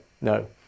no